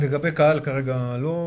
לגבי קהל, כרגע לא.